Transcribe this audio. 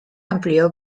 amplió